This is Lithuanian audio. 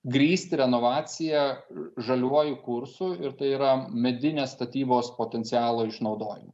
grįsti renovaciją žaliuoju kursu ir tai yra medinės statybos potencialo išnaudojimu